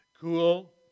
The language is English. Cool